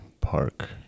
Park